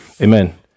Amen